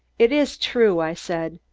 it is true, i said,